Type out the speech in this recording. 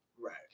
right